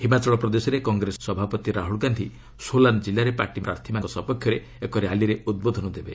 ହିମାଚଳ ପ୍ରଦେଶରେ କଂଗ୍ରେସ ସଭାପତି ରାହୁଲ୍ ଗାନ୍ଧି ସୋଲାନ୍ ଜିଲ୍ଲାରେ ପାର୍ଟି ପ୍ରାର୍ଥୀଙ୍କ ସପକ୍ଷରେ ଏକ ର୍ୟାଲିରେ ଉଦ୍ବୋଧନ ଦେବେ